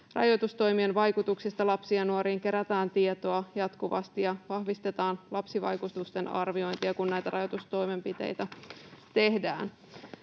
rajoitustoimien vaikutuksista lapsiin ja nuoriin kerätään tietoa jatkuvasti ja vahvistetaan lapsivaikutusten arviointia, kun näitä rajoitustoimenpiteitä tehdään.